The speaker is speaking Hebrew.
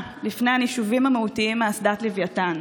לפני הנישובים המהותיים מאסדת לווייתן.